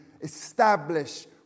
establish